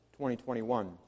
2021